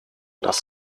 das